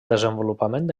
desenvolupament